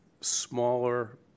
smaller